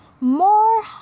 more